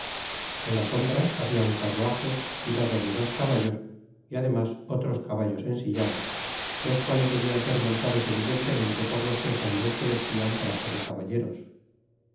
en la sombra habia un carruaje tirado de dos caballos y además otros caballos ensillados los cuáles debian ser montados evidentemente por los tres hombres que vestían traje de caballeros